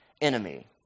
enemy